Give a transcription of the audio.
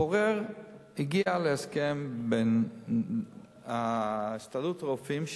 הבורר הגיע להסכם בין הסתדרות הרופאים,